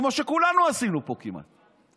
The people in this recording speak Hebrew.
כמו שכולנו עשינו פה כמעט,